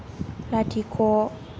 लाथिख'